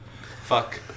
Fuck